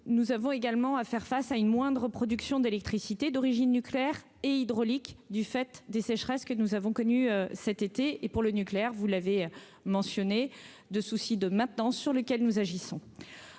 nous avons également à faire face à une moindre production d'électricité d'origine nucléaire et hydraulique du fait des sécheresses, que nous avons connu cet été et pour le nucléaire, vous l'avez mentionné de souci de maintenance sur lequel nous agissons